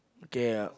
okay uh